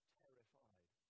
terrified